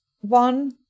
one